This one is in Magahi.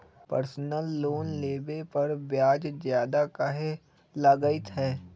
पर्सनल लोन लेबे पर ब्याज ज्यादा काहे लागईत है?